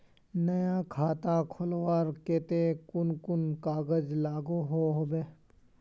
नया खाता खोलवार केते कुन कुन कागज लागोहो होबे?